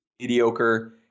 mediocre